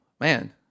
man